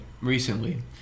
recently